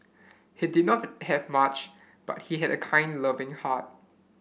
he did not have much but he had a kind loving heart